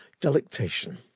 delectation